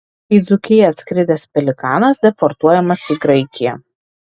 į dzūkiją atskridęs pelikanas deportuojamas į graikiją